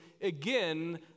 Again